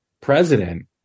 president